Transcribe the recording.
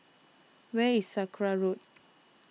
where is Sakra Road